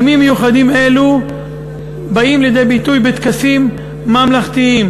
ימים מיוחדים אלו באים לידי ביטוי בטקסים ממלכתיים.